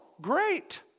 great